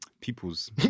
peoples